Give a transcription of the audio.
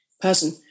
person